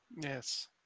Yes